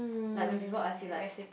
like when people ask you like